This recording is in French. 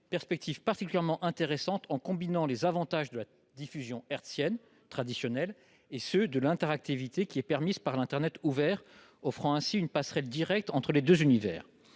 perspectives particulièrement intéressantes car elle combine les avantages de la diffusion hertzienne traditionnelle et ceux de l'interactivité permise par l'internet ouvert, ouvrant ainsi une passerelle directe entre les deux univers.